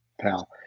pal